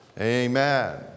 amen